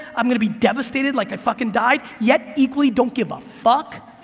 i'm gonna be devastated like i fucking died, yet equally don't give a fuck!